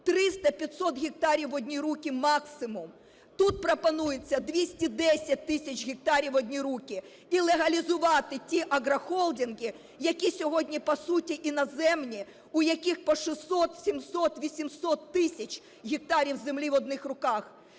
300, 500 гектарів в одні руки максимум. Тут пропонується 210 тисяч гектарів в одні руки і легалізувати ті агрохолдинги, які сьогодні по суті іноземні, у яких по 600, 700, 800 тисяч гектарів землі в одних руках.